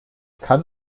kann